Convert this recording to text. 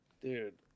Dude